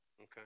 Okay